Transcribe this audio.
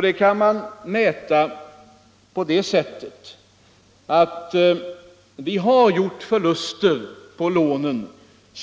Detta kan man mäta genom att säga att vi gjort förluster på lånen